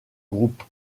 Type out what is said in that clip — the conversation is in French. groupe